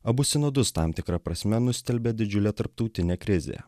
abu sinodus tam tikra prasme nustelbė didžiulė tarptautinė krizė